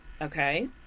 Okay